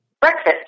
breakfast